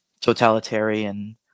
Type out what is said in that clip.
totalitarian